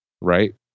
right